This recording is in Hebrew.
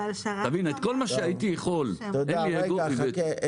אתה מבין, את כל מה שהייתי יכול --- רגע, חכה.